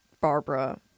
Barbara